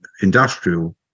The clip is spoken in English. industrial